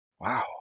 Wow